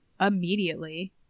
immediately